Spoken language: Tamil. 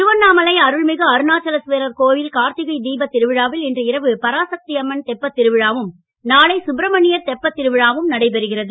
திருவண்ணாமலை அருள்மிகு அருணாச்சலேஸ்வரர் கோவிலில் கார்த்திகை தீபத் திருவிழாவில் இன்று இரவு பராசக்தி அம்மன் தெப்பத் தெப்பத் திருவிழாவும் நாளை சுப்ரமண்யர் திருவிழாவும் நடைபெறுகிறது